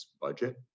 budget